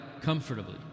comfortably